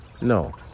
No